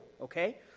okay